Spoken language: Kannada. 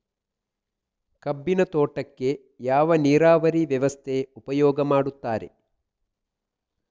ಕಬ್ಬಿನ ತೋಟಕ್ಕೆ ಯಾವ ನೀರಾವರಿ ವ್ಯವಸ್ಥೆ ಉಪಯೋಗ ಮಾಡುತ್ತಾರೆ?